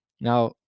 Now